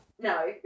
no